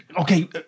Okay